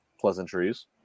pleasantries